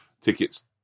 tickets